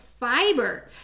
fiber